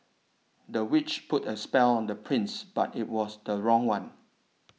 the witch put a spell on the prince but it was the wrong one